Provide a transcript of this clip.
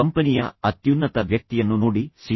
ಕಂಪನಿಯ ಅತ್ಯುನ್ನತ ವ್ಯಕ್ತಿಯನ್ನು ನೋಡಿ ಸಿ